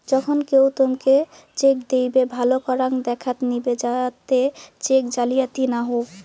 যখন কেও তোমকে চেক দিইবে, ভালো করাং দেখাত নিবে যাতে চেক জালিয়াতি না হউ